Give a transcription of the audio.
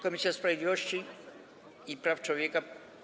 Komisja Sprawiedliwości i Praw Człowieka.